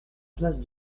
place